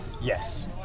yes